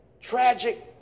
tragic